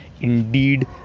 indeed